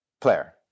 player